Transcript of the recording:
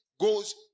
goes